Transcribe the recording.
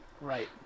Right